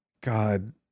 God